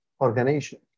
organization